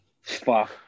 Fuck